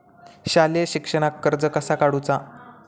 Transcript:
शालेय शिक्षणाक कर्ज कसा काढूचा?